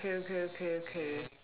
okay okay okay okay